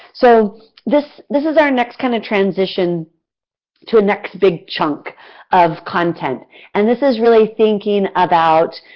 so this this is our next kind of transition to a next big chunk of content and this is really thinking about,